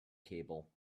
cable